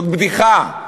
זאת בדיחה.